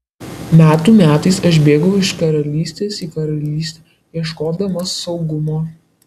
metų metais aš bėgau iš karalystės į karalystę ieškodamas saugumo